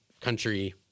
country